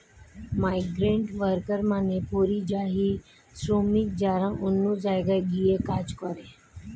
migrant worker মানে পরিযায়ী শ্রমিক যারা অন্য জায়গায় গিয়ে কাজ করে